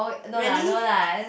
really